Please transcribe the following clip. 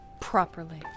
Properly